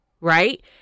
right